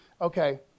okay